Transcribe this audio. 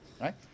right